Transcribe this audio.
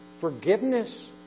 forgiveness